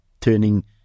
turning